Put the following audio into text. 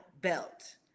belt